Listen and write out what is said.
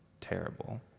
terrible